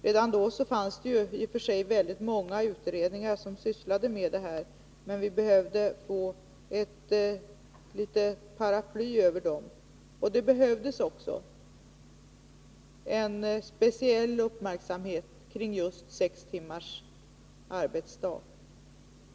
Redan då fanns i och för sig många utredningar som sysslade med dessa frågor, men vi behövde så att säga få ett paraply över dem. Det behövdes också en speciell uppmärksamhet kring just frågan om sex timmars arbetsdag.